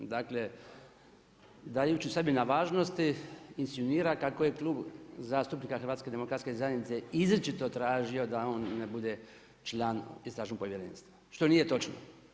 Dakle, dajući sebi na važnosti insinuira kako je Klub zastupnika Hrvatske demokratske zajednice izričito tražio da on ne bude član Istražnog povjerenstva što nije točno.